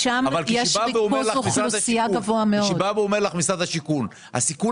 אבל כשאומר לך משרד השיכון שהסיכון